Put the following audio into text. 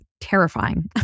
terrifying